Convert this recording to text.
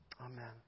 Amen